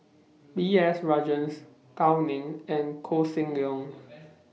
B S Rajhans Gao Ning and Koh Seng Leong